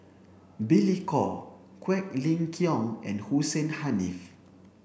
Billy Koh Quek Ling Kiong and Hussein Haniff